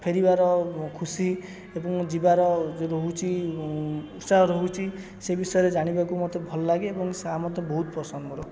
ଫେରିବାର ଖୁସି ଏବଂ ଯିବାର ଯେଉଁ ରହୁଛି ଉତ୍ସାହ ରହୁଛି ସେ ବିଷୟରେ ଜାଣିବାକୁ ମୋତେ ଭଲ ଲାଗେ ଏବଂ ସେଆ ମୋତେ ବହୁତ ପସନ୍ଦ ମୋର